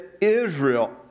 Israel